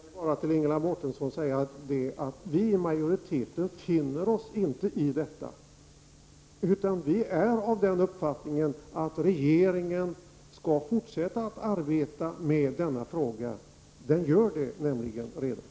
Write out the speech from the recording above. Herr talman! Till Ingela Mårtensson vill jag bara säga att vi i majoriteten inte finner oss i situationen. Vi är av den uppfattningen att regeringen skall fortsätta att arbeta med denna fråga. Den gör nämligen det redan.